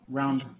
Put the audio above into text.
round